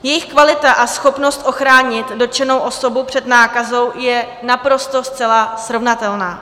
Jejich kvalita a schopnost ochránit dotčenou osobu před nákazou je naprosto zcela srovnatelná.